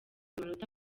amanota